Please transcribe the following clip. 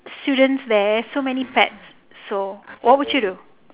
students there so many pets so what would you do